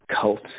Cult